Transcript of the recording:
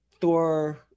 Thor